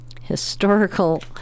historical